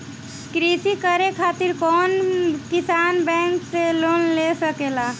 कृषी करे खातिर कउन किसान बैंक से लोन ले सकेला?